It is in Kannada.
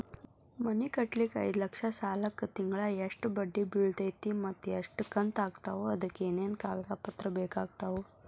ಮನಿ ಕಟ್ಟಲಿಕ್ಕೆ ಐದ ಲಕ್ಷ ಸಾಲಕ್ಕ ತಿಂಗಳಾ ಎಷ್ಟ ಬಡ್ಡಿ ಬಿಳ್ತೈತಿ ಮತ್ತ ಎಷ್ಟ ಕಂತು ಆಗ್ತಾವ್ ಅದಕ ಏನೇನು ಕಾಗದ ಪತ್ರ ಬೇಕಾಗ್ತವು?